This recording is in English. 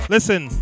Listen